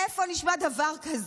איפה נשמע דבר כזה?